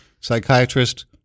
psychiatrist